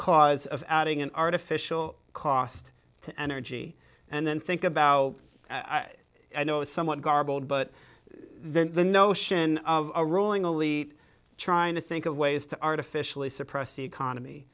cause of being an artificial cost to energy and then think about how i know it's somewhat garbled but then the notion of a ruling elite trying to think of ways to artificially suppress the economy